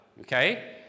Okay